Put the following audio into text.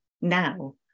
now